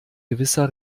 gewisser